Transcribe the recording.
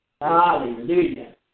Hallelujah